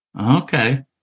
Okay